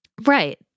Right